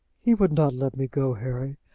he would not let me go, harry.